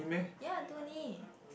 ya Tony